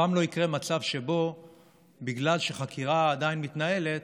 אף פעם לא יקרה מצב שבו בגלל שחקירה עדיין מתנהלת,